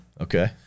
Okay